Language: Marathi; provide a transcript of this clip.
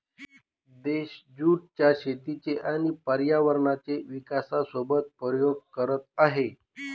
देश ज्युट च्या शेतीचे आणि पर्यायांचे विकासासोबत प्रयोग करत आहे